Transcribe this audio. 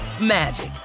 magic